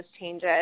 changes